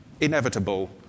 inevitable